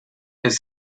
his